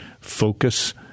focus